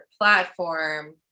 platform